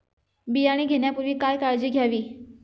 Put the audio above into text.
बियाणे घेण्यापूर्वी काय काळजी घ्यावी?